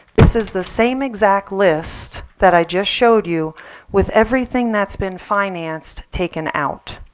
this is the same exact list that i just showed you with everything that's been financed taken out.